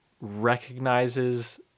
recognizes